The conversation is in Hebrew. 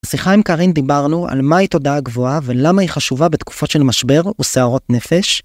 בשיחה עם קרין דיברנו על מהי תודעה גבוהה ולמה היא חשובה בתקופות של משבר וסערות נפש.